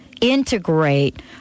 integrate